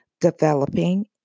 developing